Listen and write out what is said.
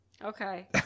Okay